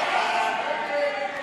סעיף 94,